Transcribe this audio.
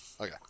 Okay